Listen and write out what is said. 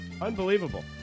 Unbelievable